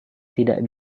tidak